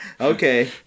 Okay